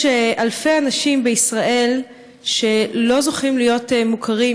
יש אלפי אנשים בישראל שלא זוכים להיות מוכרים